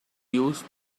used